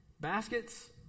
Baskets